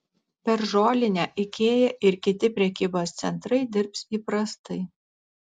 per žolinę ikea ir kiti prekybos centrai dirbs įprastai